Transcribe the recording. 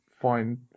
find